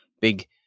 big